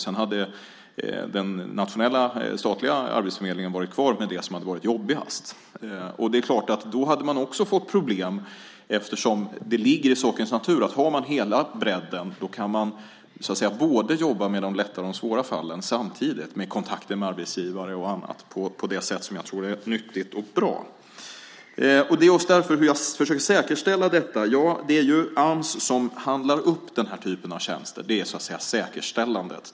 Sedan skulle den nationella statliga arbetsförmedlingen vara kvar med det som är jobbigast. Det är klart att man då skulle få problem. Det ligger ju i sakens natur att man, om man har hela bredden, kan jobba med de lätta och de svåra fallen samtidigt och med kontakter med arbetsgivare och annat på det sätt som jag tror är nyttigt och bra. Hur försöker jag säkerställa detta? Ja, det är ju Ams som handlar upp den här typen av tjänster. Det är, så att säga, säkerställandet.